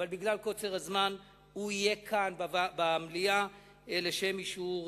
אבל בגלל קוצר הזמן הוא יהיה כאן במליאה לשם אישור,